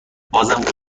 عذر